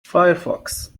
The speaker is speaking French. firefox